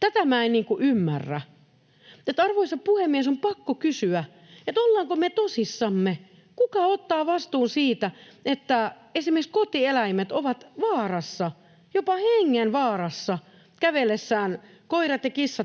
Tätä minä en ymmärrä. Arvoisa puhemies, on pakko kysyä: Ollaanko me tosissamme? Kuka ottaa vastuun siitä, että esimerkiksi kotieläimet, koirat ja kissat, ovat vaarassa, jopa hengenvaarassa, kävellessään